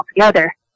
altogether